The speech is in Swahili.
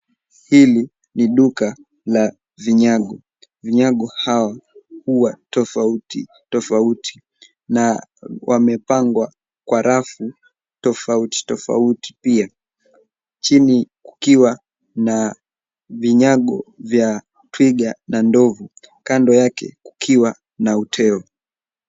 Hili ni duka la vinyago. Vinyago hao huwa tofauti tofauti na wamepangwa kwa rafu tofauti tofauti pia, chini kukiwa na vinyago vya twiga na ndovu, kando yake kukiwa na uteo.